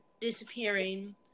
disappearing